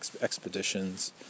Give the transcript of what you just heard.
expeditions